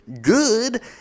Good